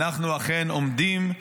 אנחנו אכן עומדים,